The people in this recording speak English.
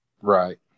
right